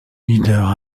leaders